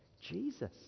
Jesus